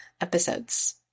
episodes